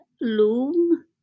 loom